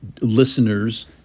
listeners